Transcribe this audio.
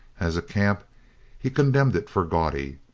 as a camp he condemned it for gaudy.